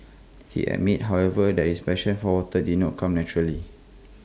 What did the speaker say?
he admits however that his passion for water did not come naturally